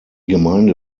gemeinde